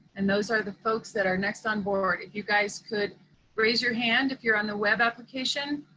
and those are the folks that are next on board. if you guys could raise your hand if you're on the web application,